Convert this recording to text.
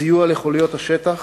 סיוע לחוליות השטח